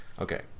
Okay